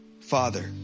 Father